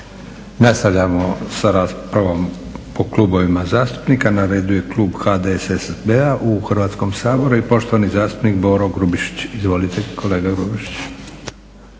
Nastavljamo sa raspravom po klubovima zastupnika. Na redu je klub HDSSB-a u Hrvatskom saboru i poštovani zastupnik Boro Grubišić. Izvolite kolega Grubišić.